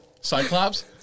Cyclops